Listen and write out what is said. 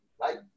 Right